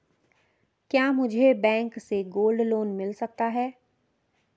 क्या मुझे बैंक से गोल्ड लोंन मिल सकता है?